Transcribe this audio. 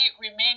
remain